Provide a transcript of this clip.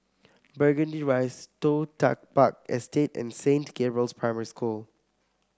Burgundy Rise Toh Tuck Park Estate and Saint Gabriel's Primary School